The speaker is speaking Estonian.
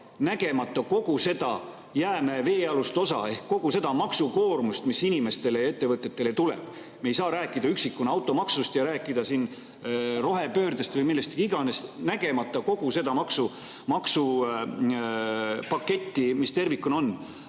nägemata kogu seda jäämäe veealust osa ehk kogu seda maksukoormust, mis inimestele ja ettevõtetele tuleb. Me ei saa rääkida üksikuna automaksust ja rääkida siin rohepöördest või millest iganes, nägemata kogu seda maksupaketti, mis tervikuna on.